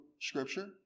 Scripture